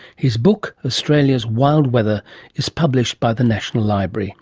his book australia's wild weather is published by the national library